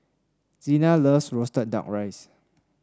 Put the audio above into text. Zina loves roasted duck rice